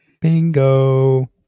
bingo